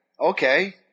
okay